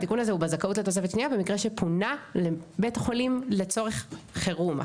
התיקון הזה הוא בזכות לתוספת שנייה במקרה שפונה לבית חולים לצורך חירום.